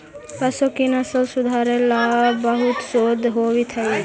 पशुओं की नस्ल सुधारे ला बहुत शोध होवित हाई